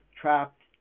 trapped